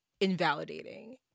invalidating